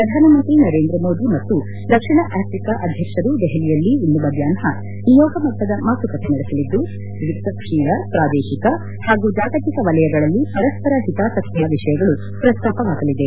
ಪ್ರಧಾನಮಂತ್ರಿ ನರೇಂದ್ರ ಮೋದಿ ಮತ್ತು ದಕ್ಷಿಣ ಅಫ್ರಿಕಾ ಅಧ್ಯಕ್ಷರು ದೆಹಲಿಯಲ್ಲಿ ಇಂದು ಮಧ್ಯಾಹ್ನ ನಿಯೋಗ ಮಟ್ಟದ ಮಾತುಕತೆ ನಡೆಸಲಿದ್ದು ದ್ವಿಪಕ್ಷೀಯ ಪ್ರಾದೇಶಿಕ ಹಾಗೂ ಜಾಗತಿಕ ವಲಯಗಳಲ್ಲಿ ಪರಸ್ವರ ಹಿತಾಸಕ್ತಿಯ ವಿಷಯಗಳು ಪ್ರಸ್ನಾಪವಾಗಲಿದೆ